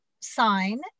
sign